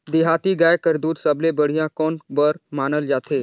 देहाती गाय कर दूध सबले बढ़िया कौन बर मानल जाथे?